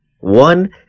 one